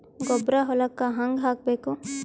ಗೊಬ್ಬರ ಹೊಲಕ್ಕ ಹಂಗ್ ಹಾಕಬೇಕು?